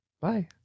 bye